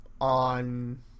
on